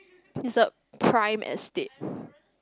is a prime estate